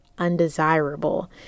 undesirable